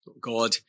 God